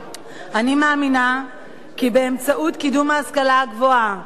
אני מאמינה כי באמצעות קידום ההשכלה הגבוהה נוכל